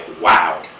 wow